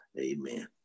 amen